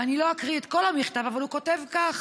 ואני לא אקריא את כל המכתב, אבל הוא כותב כך: